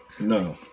No